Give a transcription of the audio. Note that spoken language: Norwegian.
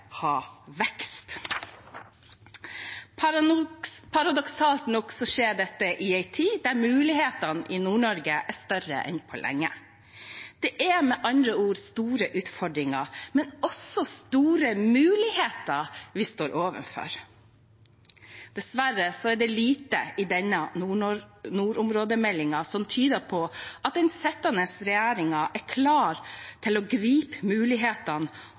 ha vekst. Paradoksalt nok skjer dette i en tid der mulighetene i Nord-Norge er større enn på lenge. Det er med andre ord store utfordringer, men også store muligheter vi står overfor. Dessverre er det lite i denne nordområdemeldingen som tyder på at den sittende regjeringen er klar til å gripe mulighetene